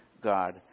God